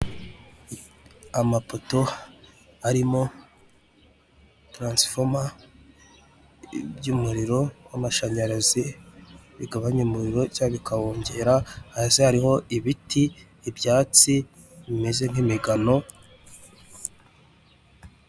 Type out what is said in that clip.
Amapoto arimo taransifoma by'umuriro w'amashanyarazi bigabanya umuriro cyangwa bikawongera, hasi hariho ibiti, ibyatsi bimeze nk'imigano.